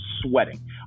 sweating